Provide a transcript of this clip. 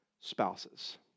spouses